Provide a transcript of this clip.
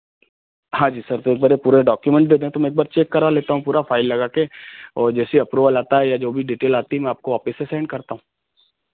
हाँ जी सर तो एक बार यह पूरे डॉक्यूमेंट दे दें तो मैं एक बार चेक करा लेता हूँ पूरा फ़ाइल लगा कर और जैसे ही अप्रूवल आता है या जो भी डीटेल आती है मैं आपको वापस से सेंड करता हूँ